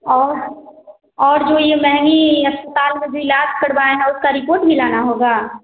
और और जो यह जो महंगी हस्पताल मे भी इलाज करवाए हैं उसकी रिपोर्ट भी लाना होगी